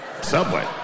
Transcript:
Subway